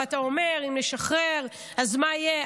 ואתה אומר: אם נשחרר אז מה יהיה,